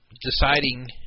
deciding